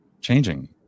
changing